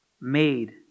made